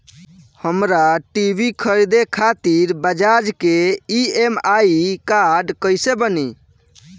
हमरा टी.वी खरीदे खातिर बज़ाज़ के ई.एम.आई कार्ड कईसे बनी?